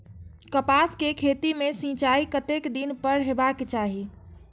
कपास के खेती में सिंचाई कतेक दिन पर हेबाक चाही?